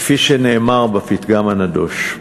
כפי שנאמר בפתגם הנדוש.